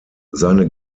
seine